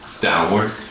downward